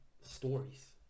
stories